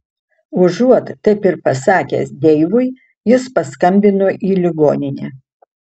užuot taip ir pasakęs deivui jis paskambino į ligoninę